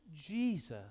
Jesus